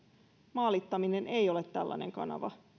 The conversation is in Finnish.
maalittaminen ei ole tällainen kanava